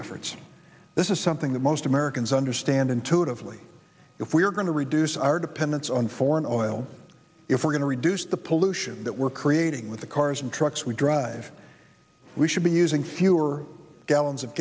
efforts this is something that most americans understand intuitively if we're going to reduce our dependence on foreign oil if we're going to reduce the pollution that we're creating with the cars and trucks we drive we should be using fewer gallons of